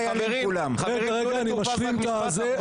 רגע, אני משלים.